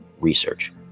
research